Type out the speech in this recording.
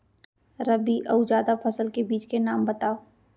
रबि अऊ जादा फसल के बीज के नाम बताव?